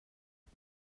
hmu